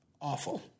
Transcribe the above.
awful